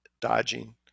dodging